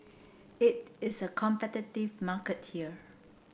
it it's a competitive market here